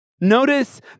Notice